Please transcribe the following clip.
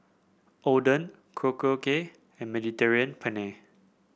Oden Korokke and Mediterranean Penne